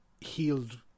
healed